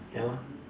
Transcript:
ya loh